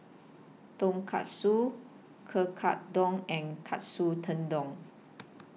Tonkatsu Kekkadon and Katsu Tendon